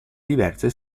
diverse